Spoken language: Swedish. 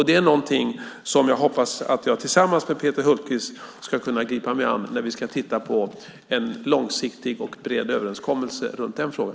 Det är någonting som jag hoppas att jag tillsammans med Peter Hultqvist ska kunna gripa mig an när vi ska titta på en långsiktig och bred överenskommelse i den frågan.